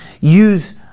use